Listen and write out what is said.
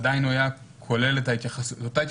עדיין הייתה התייחסות